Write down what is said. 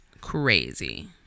crazy